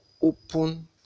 open